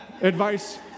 advice